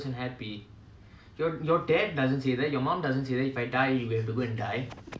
this is a thought of you should live as long as I live and if I die then you die